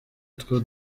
utwo